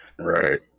Right